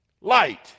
Light